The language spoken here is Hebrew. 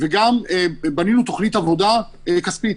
וגם בנינו תוכנית עבודה כספית.